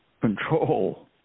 control